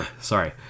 sorry